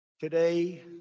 Today